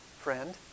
friend